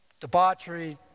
debauchery